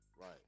Right